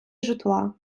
житла